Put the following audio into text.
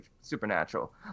supernatural